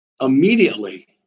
immediately